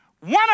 one